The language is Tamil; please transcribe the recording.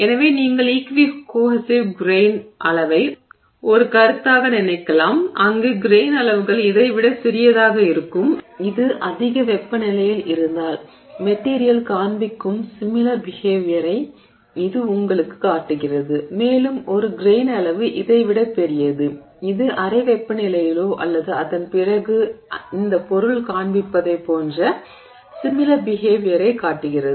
எனவே நீங்கள் ஈக்வி கோஹெஸிவ் கிரெய்ன் அளவை ஒரு கருத்தாக நினைக்கலாம் அங்கு கிரெய்ன் அளவுகள் இதைவிட சிறியதாக இருக்கும் இது அதிக வெப்பநிலையில் இருந்தால் மெட்டிரியல் காண்பிக்கும் சிமிலர் பிஹேவியரை இது உங்களுக்குக் காட்டுகிறது மேலும் ஒரு கிரெய்ன் அளவு இதைவிடப் பெரியது இது அறை வெப்பநிலையிலோ அல்லது அதன்பிறகு இந்த பொருள் காண்பிப்பதைப் போன்ற சிமிலர் பிஹேவியரைக் காட்டுகிறது